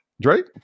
Drake